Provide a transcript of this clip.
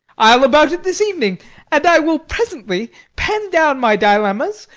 i'll about it this evening and i will presently pen down my dilemmas,